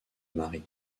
marie